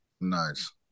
Nice